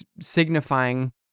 signifying